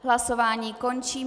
Hlasování končím.